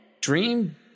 Dream